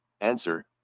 Answer